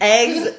Eggs